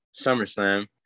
SummerSlam